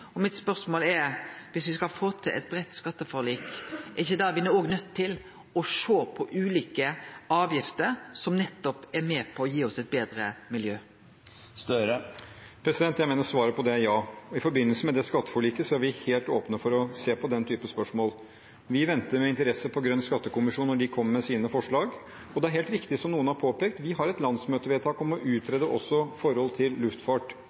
avgifta. Mitt spørsmål er: Dersom me skal få til eit breitt skatteforlik, er me ikkje da nøydde til å sjå på ulike avgifter som nettopp er med på å gi oss eit betre miljø? Jeg mener svaret på det er ja. I forbindelse med skatteforliket er vi helt åpne for å se på den type spørsmål. Vi venter med interesse på at Grønn skattekommisjon kommer med sine forslag, og det er helt riktig, som noen har påpekt, at vi har et landsmøtevedtak om å utrede også forhold knyttet til luftfart